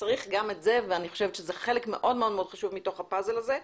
צריך גם את זה ואני חושבת שזה חלק מאוד מאוד מאוד חשוב מתוך הפאזל הזה.